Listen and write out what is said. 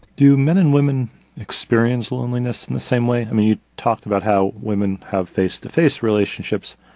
do men and women experience loneliness in the same way? i mean, you talked about how women have face to face relationships,